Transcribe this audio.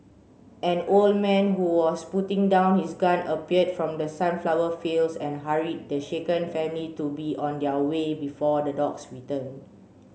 an old man who was putting down his gun appeared from the sunflower fields and hurried the shaken family to be on their way before the dogs return